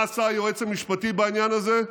מה עשה היועץ המשפטי בעניין הזה?